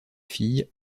fille